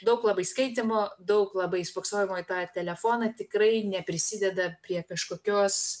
daug labai skaitymo daug labai spoksojimo į tą telefoną tikrai neprisideda prie kažkokios